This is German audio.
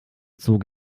zog